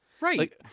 Right